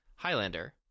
highlander